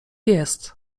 jest